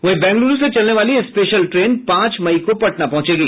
वहीं बेंगलुरू से चलने वाली स्पेशल ट्रेन पांच मई को पटना पहुंचेगी